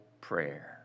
prayer